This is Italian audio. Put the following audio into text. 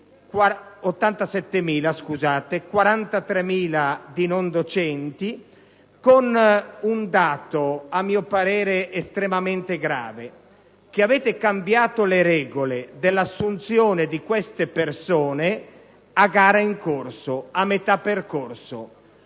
C'è un dato, a mio parere, che è estremamente grave: avete cambiato le regole dell'assunzione di queste persone a gara in corso, a metà percorso.